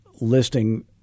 listing